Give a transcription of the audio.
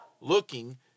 looking